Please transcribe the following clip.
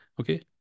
okay